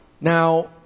Now